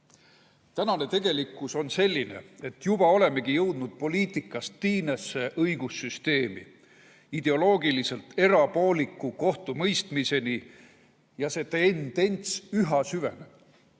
Praegune tegelikkus on selline, et juba olemegi jõudnud poliitikast tiinesse õigussüsteemi, ideoloogiliselt erapooliku kohtumõistmiseni. Ja see tendents üha süveneb.